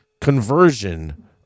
conversion